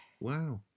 Wow